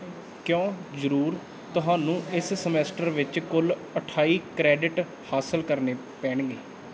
ਕਿਉਂ ਜ਼ਰੂਰ ਤੁਹਾਨੂੰ ਇਸ ਸਮੈਸਟਰ ਵਿੱਚ ਕੁੱਲ ਅਠਾਈ ਕ੍ਰੈਡਿਟ ਹਾਸਲ ਕਰਨੇ ਪੈਣਗੇ